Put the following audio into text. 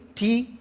t,